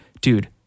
dude